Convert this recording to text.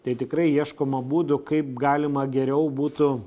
tai tikrai ieškoma būdų kaip galima geriau būtų